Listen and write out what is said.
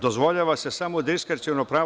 Dozvoljava se samo diskreciono pravo.